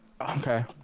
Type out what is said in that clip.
okay